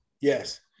yes